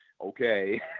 Okay